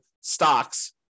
stocks